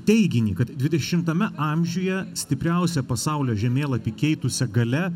teiginį kad dvidešimtame amžiuje stipriausia pasaulio žemėlapį keitusia galia